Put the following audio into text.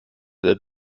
der